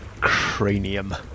cranium